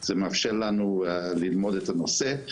זה מאפשר לנו ללמוד את הנושא,